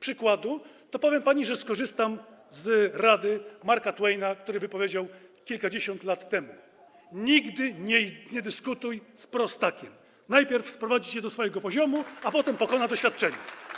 przykładu, to powiem pani, że jednak skorzystam z rady Marka Twaina, który wypowiedział kilkadziesiąt lat temu słowa: nigdy nie dyskutuj z prostakiem, najpierw sprowadzi cię do swojego poziomu, a potem pokona doświadczeniem.